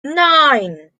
nine